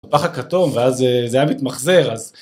בפח הכתום ואז זה היה מתמחזר אז